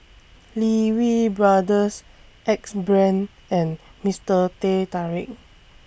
Lee Wee Brothers Axe Brand and Mister Teh Tarik